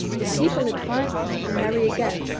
the people advised him to marry again,